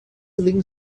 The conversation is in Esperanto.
lin